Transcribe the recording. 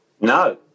No